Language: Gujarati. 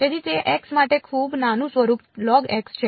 તેથી તે x માટે ખૂબ નાનું સ્વરૂપ છે